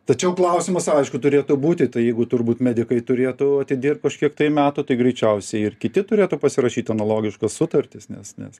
tačiau klausimas aišku turėtų būti tai jeigu turbūt medikai turėtų atidirbt kažkiek metų tai greičiausiai ir kiti turėtų pasirašyti analogiškas sutartis nes nes